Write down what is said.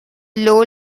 low